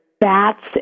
bats